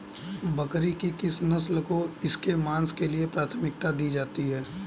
बकरी की किस नस्ल को इसके मांस के लिए प्राथमिकता दी जाती है?